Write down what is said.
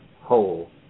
whole